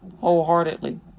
wholeheartedly